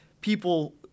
people